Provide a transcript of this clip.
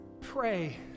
Pray